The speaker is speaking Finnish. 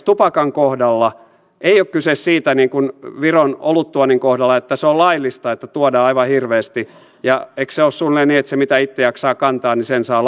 tupakan kohdalla ei ole kyse siitä niin kuin viron oluttuonnin kohdalla että se on laillista että tuodaan aivan hirveästi eikö se ole suunnilleen niin että sen mitä itse jaksaa kantaa saa